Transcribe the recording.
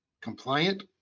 compliant